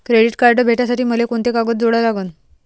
Credit card भेटासाठी मले कोंते कागद जोडा लागन?